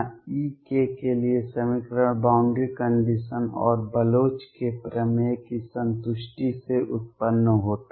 E के लिए समीकरण बॉउंड्री कंडीशंस और बलोच के प्रमेय की संतुष्टि से उत्पन्न होता है